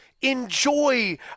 enjoy